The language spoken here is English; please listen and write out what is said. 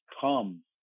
come